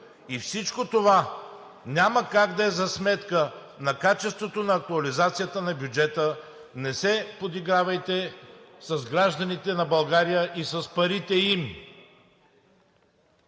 Всичко това няма как да е за сметка качеството на актуализация на бюджета. Не се подигравайте с гражданите на България и с парите им!